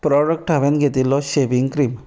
product हांवें घेतिल्लो shaving cream